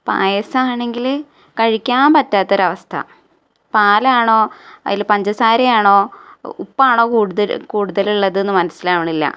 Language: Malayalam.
പായസമാണെങ്കിൽ കഴിക്കാൻ പറ്റാത്തൊരു അവസ്ഥ പാലാണോ അതിൽ പഞ്ചസാരയാണോ ഉപ്പാണോ കൂടുതലുള്ളത് എന്ന് മനസ്സിലാവുന്നില്ല